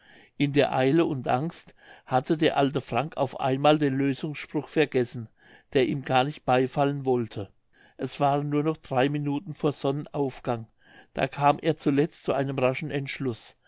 in der eile und angst hatte der alte frank auf einmal den lösungsspruch vergessen der ihm gar nicht beifallen wollte es waren nur noch drei minuten vor sonnenaufgang da kam er zuletzt zu einem raschen entschluß